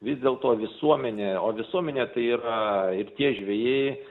vis dėlto visuomenė o visuomenė tai yra ir tie žvejai